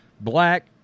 black